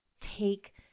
take